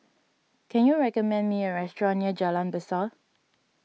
can you recommend me a restaurant near Jalan Besar